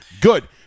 good